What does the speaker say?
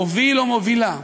מוביל או מובילה,